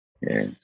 yes